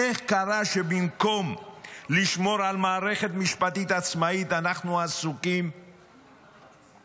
איך קרה שבמקום לשמור על מערכת משפטית עצמאית אנחנו עסוקים בהתקפות